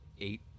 eight